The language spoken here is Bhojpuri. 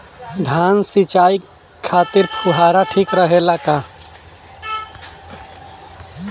धान सिंचाई खातिर फुहारा ठीक रहे ला का?